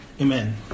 Amen